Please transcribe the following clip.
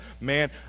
man